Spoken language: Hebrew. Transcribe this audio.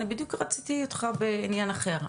אני בדיוק רציתי אותך בעניין אחר,